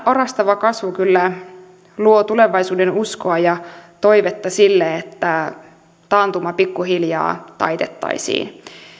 orastava kasvu kyllä luo tulevaisuudenuskoa ja toivetta siihen että taantuma pikkuhiljaa taitettaisiin